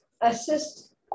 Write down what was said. assist